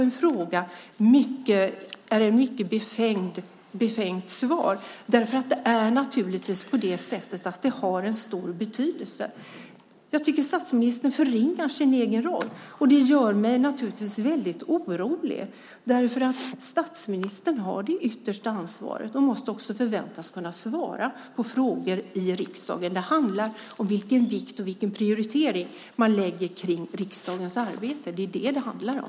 Vidare tycker jag att resonemanget att det inte spelar någon roll vem som svarar på en fråga är befängt. Det har naturligtvis stor betydelse. Statsministern förringar sin egen roll, och det gör mig väldigt orolig eftersom statsministern har det yttersta ansvaret och därför också måste förväntas kunna svara på frågor i riksdagen. Det handlar om vilken vikt man lägger på riksdagens arbete och den prioritering det ges. Det är vad det handlar om.